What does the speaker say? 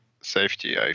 safety